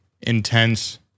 intense